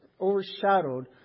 overshadowed